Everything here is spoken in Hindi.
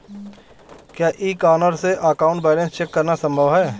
क्या ई कॉर्नर से अकाउंट बैलेंस चेक करना संभव है?